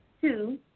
Two